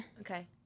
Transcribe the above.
Okay